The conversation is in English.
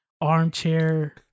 armchair